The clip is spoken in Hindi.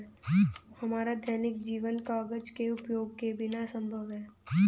हमारा दैनिक जीवन कागज के उपयोग के बिना असंभव है